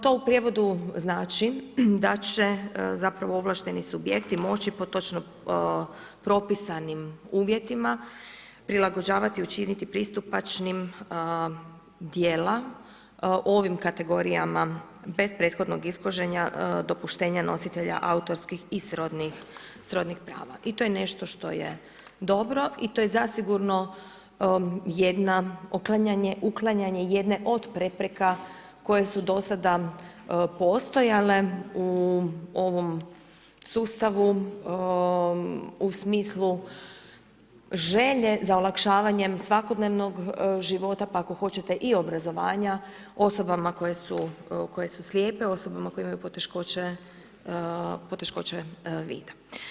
To u prijevodu znači da će zapravo ovlašteni subjekti moći po točno propisnim uvjetima prilagođavati i u činiti pristupačnim djela ovim kategorijama bez prethodnog ishođenja dopuštenja nositelja autorskih i srodnih prava i to je nešto što je dobro i to je zasigurno uklanjanje jedne od prepreka koje su do sada postojale u ovom sustavu u smislu želje za olakšavanje svakodnevnog života pa ako hoćete i obrazovanja osobama koje su slijepe, osobama koje imaju poteškoće vida.